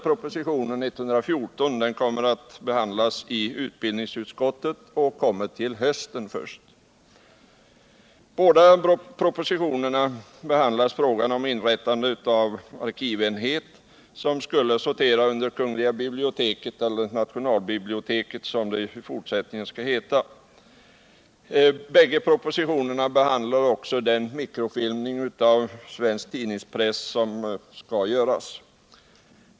Propositionen 114 skall behandlas i utbildningsutskottet och kommer på riksdagens bord under hösten. I båda propositionerna behandlas frågan om inrättande av en arkivenhet, som skall sortera under kungl. biblioteket eller nationalbiblioteket, som det i fortsättningen föreslås heta. I de bägge propositionerna behandlas också frågan om mikrofilmning av svensk tidningspress m.m.